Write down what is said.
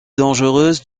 dangereuse